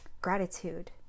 gratitude